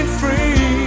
free